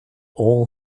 all